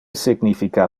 significa